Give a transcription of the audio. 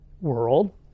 world